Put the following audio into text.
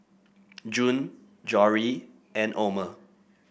June Jory and Omer